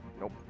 Nope